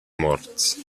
morts